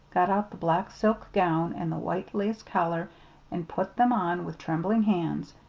got out the black silk gown and the white lace collar and put them on with trembling hands.